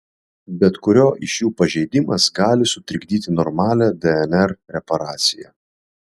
bet kurio iš jų pažeidimas gali sutrikdyti normalią dnr reparaciją